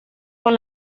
con